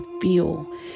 feel